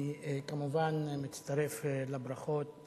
אני כמובן מצטרף לברכות